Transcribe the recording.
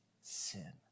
sin